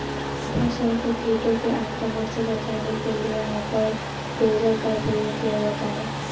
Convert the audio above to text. फसल को कीटों के आक्रमण से बचाने के लिए हॉपर डोजर का प्रयोग किया जाता है